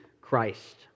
Christ